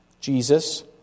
Jesus